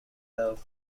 love